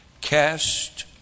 Cast